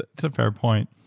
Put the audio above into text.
it's a fair point.